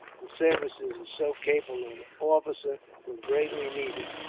the services so capable an officer were greatly needed.